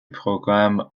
programme